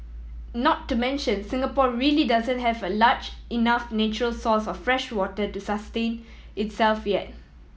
not to mention Singapore really doesn't have a large enough natural source of freshwater to sustain itself yet